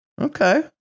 Okay